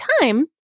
time